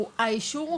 האישור,